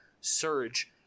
surge